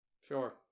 Sure